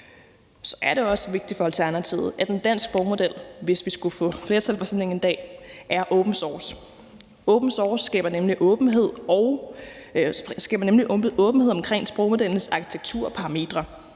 er det også vigtigt for Alternativet, at en dansk sprogmodel, hvis vi skulle få flertal for sådan en en dag, er open source. Open source skaber nemlig åbenhed omkring sprogmodellens arkitektur og parametre.